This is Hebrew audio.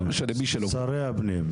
שרי הפנים.